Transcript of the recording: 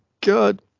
god